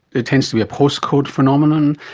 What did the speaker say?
it tends to be a postcode phenomenon,